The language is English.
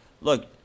look